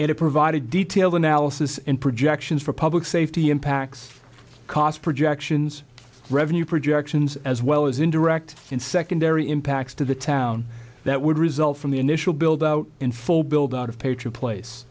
and it provided detailed analysis and projections for public safety impacts cost projections revenue projections as well as indirect in secondary impacts to the town that would result from the initial build out in full build out of patriot place